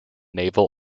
naval